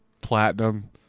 platinum